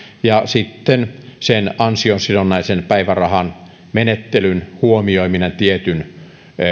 ja sitten sen ansiosidonnaisen päivärahan menettelyn huomioiminen tietyn